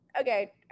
okay